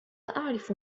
أعرف